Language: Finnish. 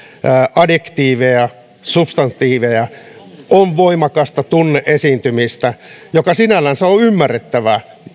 adjektiiveja ja substantiiveja ja on ollut voimakasta tunne esiintymistä mikä sinällänsä on on ymmärrettävää